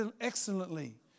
excellently